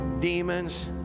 demons